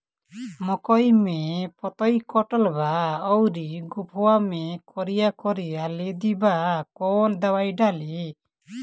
मकई में पतयी कटल बा अउरी गोफवा मैं करिया करिया लेढ़ी बा कवन दवाई डाली?